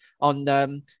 on